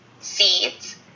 seeds